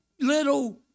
little